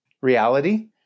reality